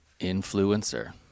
influencer